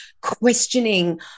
questioning